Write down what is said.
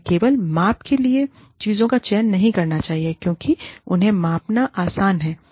हमें केवल माप के लिए चीजों का चयन नहीं करना चाहिए क्योंकि उन्हें मापना आसान है